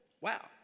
Wow